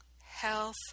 health